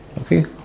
okay